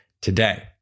today